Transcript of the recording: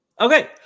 Okay